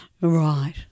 Right